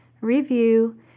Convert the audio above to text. review